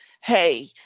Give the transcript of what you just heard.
hey